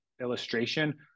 illustration